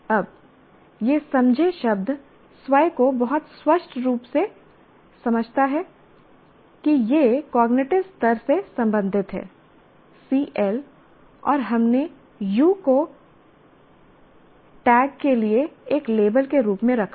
अब यह 'समझें' शब्द स्वयं को बहुत स्पष्ट रूप से समझता है कि यह कॉग्निटिव स्तर से संबंधित है CL और हमने Uको उस टैग के लिए एक लेबल के रूप में रखा